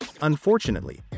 Unfortunately